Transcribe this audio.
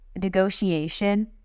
negotiation